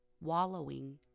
Wallowing